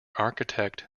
architect